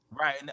Right